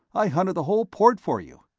i hunted the whole port for you!